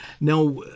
Now